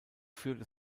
führte